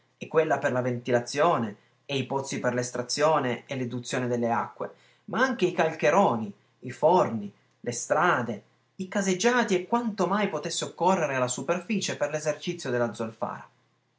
e quella per la ventilazione e i pozzi per l'estrazione e l'eduzione delle acque ma anche i calcheroni i forni le strade i caseggiati e quanto mai potesse occorrere alla superficie per l'esercizio della